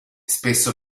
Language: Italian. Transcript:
spesso